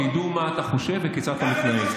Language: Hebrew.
שידעו מה אתה חושב וכיצד אתה מתנהג.